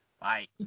Bye